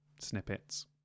snippets